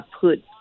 put